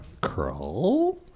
Curl